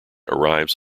arrives